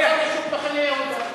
(חבר הכנסת מסעוד גנאים יוצא מאולם המליאה.) לך לשוק מחנה-יהודה.